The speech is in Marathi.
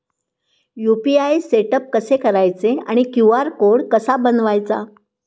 यु.पी.आय सेटअप कसे करायचे आणि क्यू.आर कोड कसा बनवायचा?